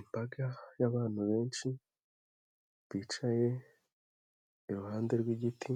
Imbaga y'abantu benshi bicaye iruhande rw'igiti.